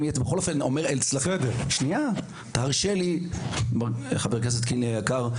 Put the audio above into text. חבר הכנסת קינלי היקר,